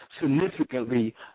significantly